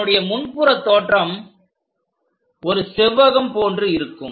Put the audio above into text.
அதனுடைய முன்புற தோற்றம் ஒரு செவ்வகம் போன்று இருக்கும்